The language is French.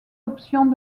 options